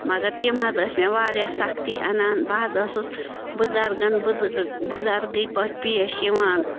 مگر تِم حظ ٲسۍ مےٚ واریاہ سختی اَنان بہٕ حظ ٲسٕس بُزَرگَن بُزَرگٕے پٲٹھۍ پیش یِوان